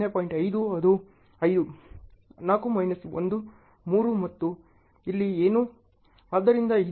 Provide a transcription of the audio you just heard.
5 ಇದು 5 4 ಮೈನಸ್ 1 3 ಮತ್ತು ಇಲ್ಲಿ ಏನು ಆದ್ದರಿಂದ ಇದು 0 ಆಗುತ್ತದೆ